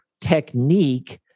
technique